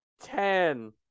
Ten